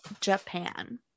japan